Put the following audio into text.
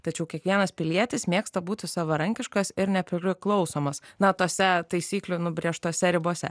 tačiau kiekvienas pilietis mėgsta būti savarankiškas ir nepriklausomas na tose taisyklių nubrėžtose ribose